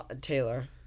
Taylor